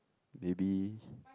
maybe